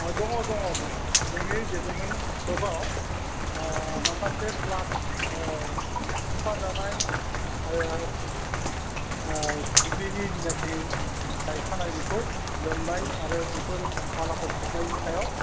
औ दङ दङ जोंनि डेभल'पमेन्ट ब्ल'कआव माखासे फ्लाद खुरखाजानाय आरो दुब्लिनि जिनाखि गायखानाय बेखौ लोमनाय आरो बेफोर बालाफोर फबनायनि सायाव